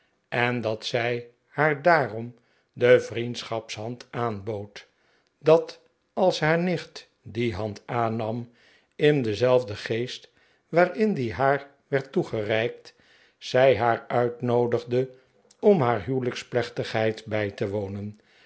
en dat zij haar daarom de vriendschapshand aanbood dat als haar nicht die hand aannam in denzelfden geest waarin die haar werd toegereikt zij haar uitnoodigde om haar huwelijksplechtigheid bij te wonen